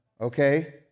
okay